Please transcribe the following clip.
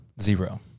Zero